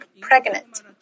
pregnant